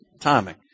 timing